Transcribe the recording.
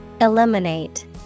Eliminate